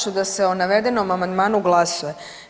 ću da se o navedenom amandmanu glasuje.